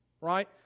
right